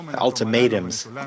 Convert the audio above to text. ultimatums